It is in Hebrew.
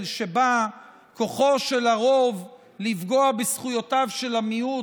שבה כוחו של הרוב לפגוע בזכויותיו של המיעוט,